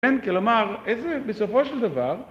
כן, כלומר, איזה... בסופו של דבר...